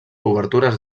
obertures